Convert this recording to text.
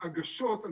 בהגשות.